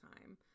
time